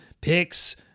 picks